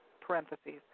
parentheses